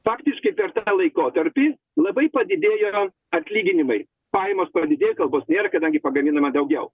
faktiškai per tą laikotarpį labai padidėjo atlyginimai pajamos padidėjo kalbos nėra kadangi pagaminama daugiau